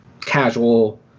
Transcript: casual